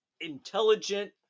intelligent